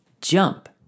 jump